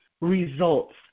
results